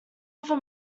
ever